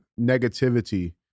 negativity